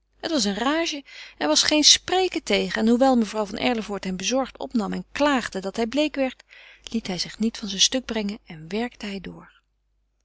het was een rage er was geen spreken tegen en hoewel mevrouw van erlevoort hem bezorgd opnam en klaagde dat hij bleek werd liet hij zich niet van zijn stuk brengen en werkte hij door